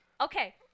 Okay